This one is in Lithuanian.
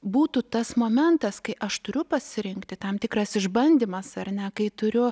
būtų tas momentas kai aš turiu pasirinkti tam tikras išbandymas ar ne kai turiu